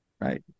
Right